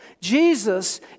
Jesus